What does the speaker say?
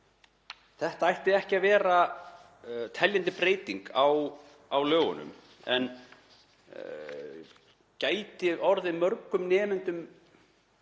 Þetta ætti ekki að vera teljandi breyting á lögunum en gæti orðið mörgum nemendum